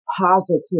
positive